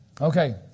Okay